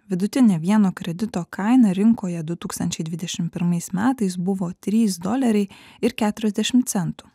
vidutinė vieno kredito kaina rinkoje du tūkstančiai dvidešimt metais buvo trys doleriai ir keturiasdešimt centų